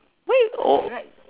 why you oh